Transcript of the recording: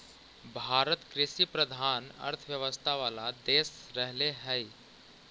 भारत कृषिप्रधान अर्थव्यवस्था वाला देश रहले हइ